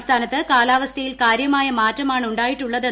സംസ്ഥാനത്ത് കാലാവസ്ഥയിൽ കാര്യമായ മാറ്റമാണ് ഉണ്ടായിട്ടുള്ളത്